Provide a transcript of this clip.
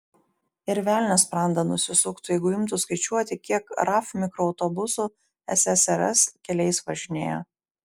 ir velnias sprandą nusisuktų jeigu imtų skaičiuoti kiek raf mikroautobusų ssrs keliais važinėjo